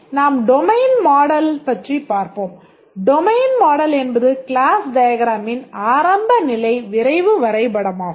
நாம் இனி domain model ஆரம்பம் நிலை விரைவு வரைபடமாகும்